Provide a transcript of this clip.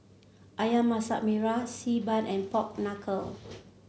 ayam Masak Merah Xi Ban and Pork Knuckle